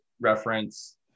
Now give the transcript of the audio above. reference